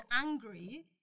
angry